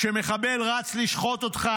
כשמחבל רץ לשחוט אותך,